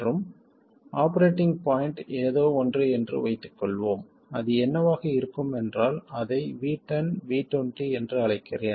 மற்றும் operating point ஏதோ ஒன்று என்று வைத்துக் கொள்வோம் அது என்னவாக இருக்கும் என்றால் அதை V10 V20 என்று அழைக்கிறேன்